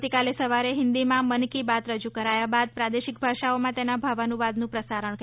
આવતીકાલે સવારે હિન્દીમાં મન કી બાત રજૂ કરાયા બાદ પ્રાદેશિક ભાષાઓમાં તેના ભાવાનુવાદનું પ્રસારણ કરાશે